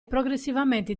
progressivamente